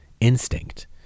instinct